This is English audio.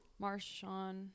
Marshawn